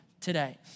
today